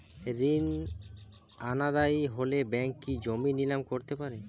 ঋণ অনাদায়ি হলে ব্যাঙ্ক কি জমি নিলাম করতে পারে?